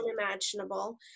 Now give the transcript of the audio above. unimaginable